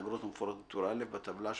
האגרות המפורטות בטור א' בטבלה שבתוספת,